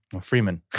Freeman